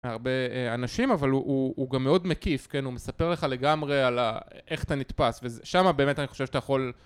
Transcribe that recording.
הרבה אנשים אבל הוא גם מאוד מקיף כן הוא מספר לך לגמרי על איך אתה נתפס ושם באמת אני חושב שאתה יכול